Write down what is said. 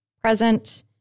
present